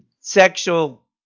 sexual